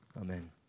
Amen